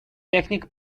picnic